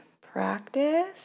practice